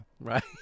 Right